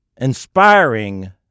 inspiring